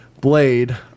Blade